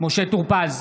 משה טור פז,